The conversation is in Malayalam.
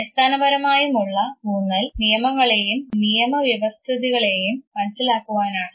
അടിസ്ഥാനപരമായും ഉള്ള ഊന്നൽ നിയമങ്ങളെയും നിയമവ്യവസ്ഥിതികളെയും മനസ്സിലാക്കുവാനാണ്